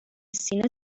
سینه